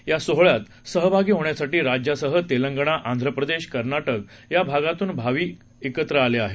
या सोहळ्यात सहभागी होण्यासाठी राज्यासह तेलंगणा आंध्र प्रदेश कर्नाटक भागातून भावी एकत्र आले आहेत